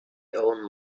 own